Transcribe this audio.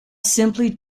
simply